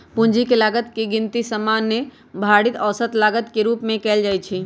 पूंजी के लागत के गिनती सामान्य भारित औसत लागत के रूप में कयल जाइ छइ